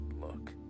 look